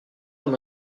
dans